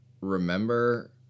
remember